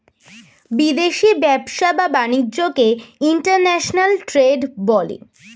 বিদেশি ব্যবসা বা বাণিজ্যকে ইন্টারন্যাশনাল ট্রেড বলে